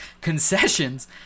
concessions